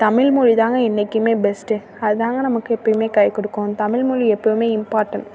தமிழ் மொழிதாங்க என்றைக்குமே பெஸ்ட்டு அதுதாங்க நமக்கு எப்போயுமே கை கொடுக்கும் தமிழ்மொழி எப்போயுமே இம்பார்ட்டண்ட்